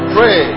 Pray